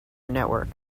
network